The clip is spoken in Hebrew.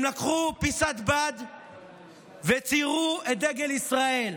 הם לקחו פיסת בד וציירו את דגל ישראל,